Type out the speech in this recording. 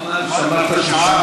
אמרת תשעה.